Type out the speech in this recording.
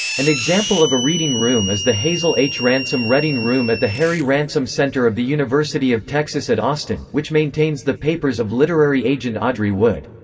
an example of a reading room is the hazel h. ransom reading room at the harry ransom center of the university of texas at austin, which maintains the papers of literary agent audrey wood.